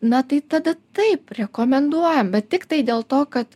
na tai tada taip rekomenduojam bet tiktai dėl to kad